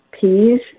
peas